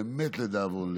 באמת לדאבון לב,